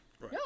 No